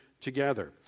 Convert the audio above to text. together